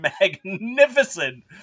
magnificent